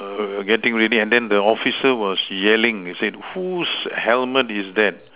were getting ready and the officer was yelling saying whose helmet is that